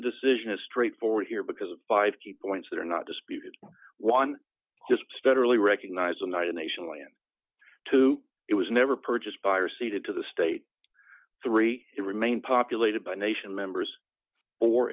to decision is straightforward here because of five key points that are not disputed one just steadily recognize i'm not a nation land to it was never purchased by or ceded to the state three remain populated by nation members or